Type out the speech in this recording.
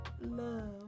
Love